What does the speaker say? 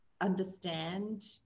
understand